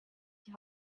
die